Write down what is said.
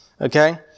Okay